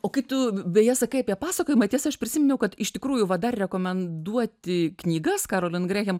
o kai tu beje sakai apie pasakojimą tiesa aš prisiminiau kad iš tikrųjų va dar rekomenduoti knygas kerolin grehem